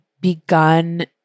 begun